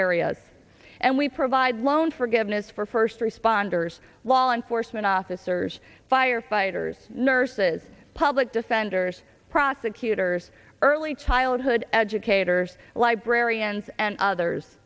areas and we provide loan forgiveness for first responders law enforcement officers firefighters nurses public defenders prosecutors early childhood educators librarians and others